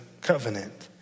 Covenant